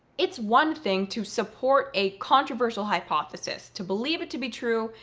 it's one thing to support a controversial hypothesis, to believe it to be true,